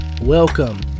welcome